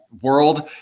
world